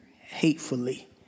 hatefully